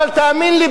אבל תאמין לי,